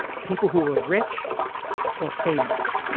people who were rich or famous,